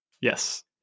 Yes